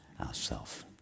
ourself